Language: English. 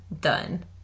done